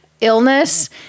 illness